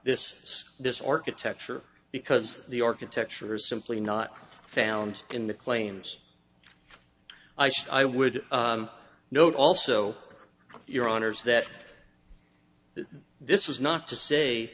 this is this architecture because the architecture is simply not found in the claims i said i would note also your honour's that this was not to say